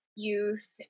youth